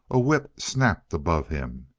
a whip snapped above him,